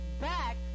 back